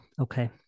Okay